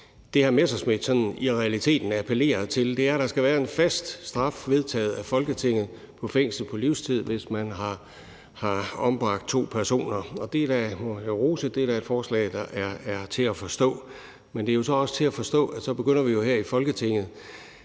Morten Messerschmidt sådan i realiteten appellerer til, er, at der skal være en fast straf – som er vedtaget af Folketinget – med fængsel på livstid, hvis man har ombragt to personer, og det er da, det må jeg rose, et forslag, der er til at forstå. Men det er jo så også til at forstå, at vi så her i Folketinget